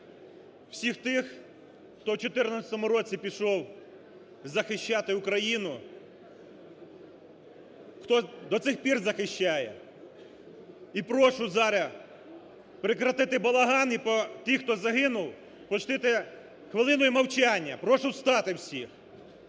Всіх тих, хто в 2014 році пішов захищати Україну, хто до цих пір захищає. І прошу зараз прекратити балаган і тих, хто загинув, почтити хвилиною мовчання. Прошу встати всіх.